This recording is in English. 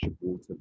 water